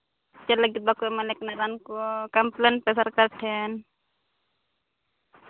ᱪᱮᱫ ᱞᱟᱹᱜᱤᱫ ᱵᱟᱠᱚ ᱮᱢᱟᱞᱮ ᱠᱟᱱᱟ ᱨᱟᱱ ᱠᱚ ᱠᱚᱢᱯᱞᱮᱱ ᱯᱮ ᱥᱟᱨᱠᱟᱨ ᱴᱷᱮᱱ